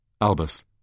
Albus